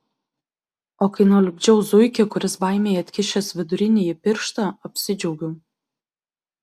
o kai nulipdžiau zuikį kuris baimei atkišęs vidurinįjį pirštą apsidžiaugiau